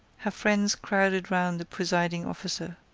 her friends crowded round the presiding officer.